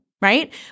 right